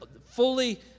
fully